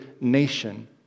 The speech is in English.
nation